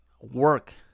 work